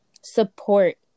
support